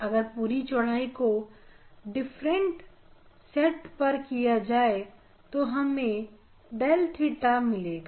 अगर पूरी चौड़ाई को डिफरेंट सेट कर दिया जाए तो हमें डेल थीटा मिलेगा